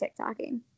TikToking